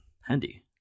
handy